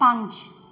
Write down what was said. ਪੰਜ